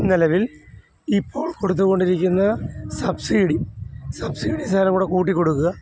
നിലവിൽ ഇപ്പോൾ കൊടുത്ത് കൊണ്ടിരിക്കുന്ന സബ്സിഡി സബ്സിഡി സകലം കൂടെ കൂട്ടി കൊടുക്കുക